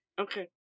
Okay